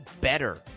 better